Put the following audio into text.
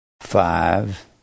five